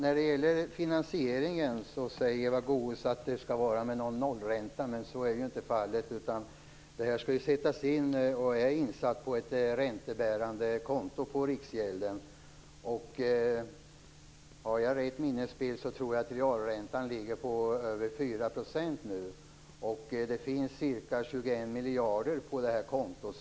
Fru talman! Eva Goës säger att finansieringen skall ske med nollränta, men så är ju inte fallet. Medlen sätts in på ett räntebärande konto på Riksgäldskontoret. Jag vill minnas att realräntan nu ligger på över 4 %, och det finns ca 21 miljarder på detta konto.